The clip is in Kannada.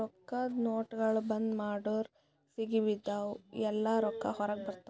ರೊಕ್ಕಾದು ನೋಟ್ಗೊಳ್ ಬಂದ್ ಮಾಡುರ್ ಸಿಗಿಬಿದ್ದಿವ್ ಎಲ್ಲಾ ರೊಕ್ಕಾ ಹೊರಗ ಬರ್ತಾವ್